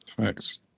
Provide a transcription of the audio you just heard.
Thanks